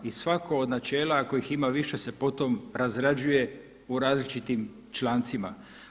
I svako od načela ako ih ima više se potom razrađuje u različitim člancima.